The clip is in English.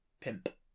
Pimp